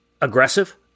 aggressive